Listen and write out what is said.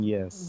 Yes